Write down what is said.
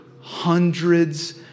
hundreds